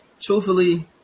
Truthfully